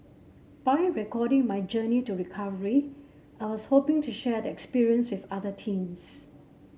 by recording my journey to recovery I was hoping to share the experience with other teens